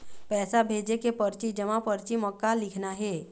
पैसा भेजे के परची जमा परची म का लिखना हे?